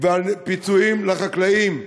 ופיצויים לחקלאים,